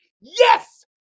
Yes